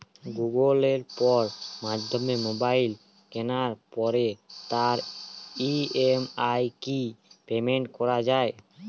Google Pay মাধ্যমে mobile কেনার পরে তার ই.এম.আই কি পেমেন্ট করা যায়?